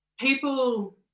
People